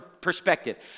perspective